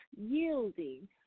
yielding